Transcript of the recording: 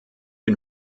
bin